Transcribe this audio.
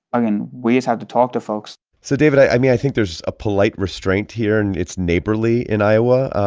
i mean, we just have to talk to folks so, david, i i mean, i think there's a polite restraint here, and it's neighborly in iowa.